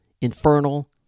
infernal